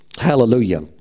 hallelujah